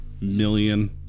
million